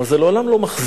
אבל זה לעולם לא מחזיר.